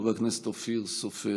חבר הכנסת אופיר סופר,